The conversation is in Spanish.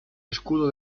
escudo